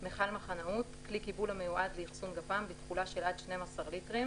"מכל מחנאות" כלי קיבול המיועד לאחסון גפ"מ בתכולה של עד 12 ליטרים,